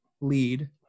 lead